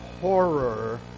horror